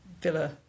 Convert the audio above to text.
villa